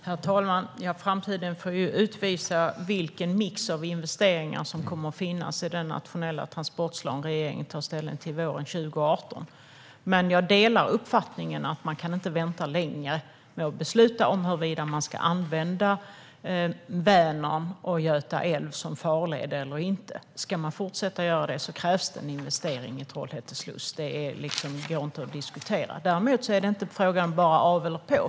Fru talman! Framtiden får utvisa vilken mix av investeringar som kommer att finnas med i den nationella transportplan som regeringen kommer att ta ställning till våren 2018. Men jag håller med om uppfattningen att man inte kan vänta längre med att besluta om huruvida Vänern och Göta älv ska användas som farled eller inte. Om man ska fortsätta göra det krävs det en investering i slussarna på Trollhätte kanal. Det går inte att diskutera. Däremot är det inte fråga om bara av eller på.